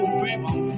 people